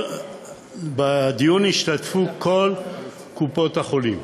בדיון השתתפו כל קופות-החולים,